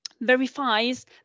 verifies